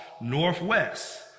northwest